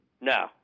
No